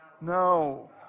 No